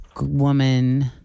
woman